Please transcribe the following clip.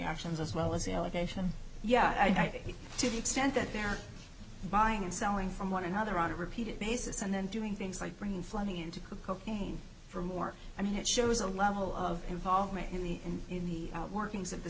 actions as well as the allegation yeah i think to the extent that they're buying and selling from one another on a repeated basis and then doing things like bringing flooding into cocaine for more i mean it shows a level of involvement in the and in the workings of th